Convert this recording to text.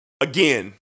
again